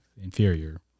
inferior